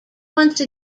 once